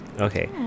Okay